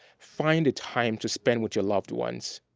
find a time to spend with your loved ones.